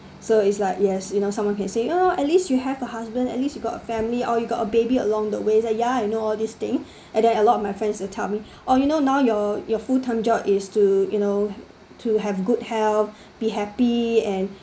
so it's like yes you know someone can say oh at least you have a husband at least you got family or you got a baby along the way and is like ya you know all these thing and there are a lot of my friends tell me or you know now your your full time job is to you know to have good health be happy and